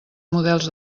models